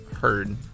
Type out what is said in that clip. heard